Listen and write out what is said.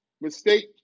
mistake